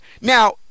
Now –